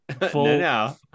no